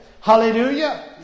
Hallelujah